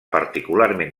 particularment